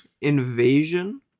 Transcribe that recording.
Invasion